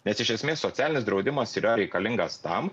nes iš esmės socialinis draudimas yra reikalingas tam